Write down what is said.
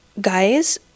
Guys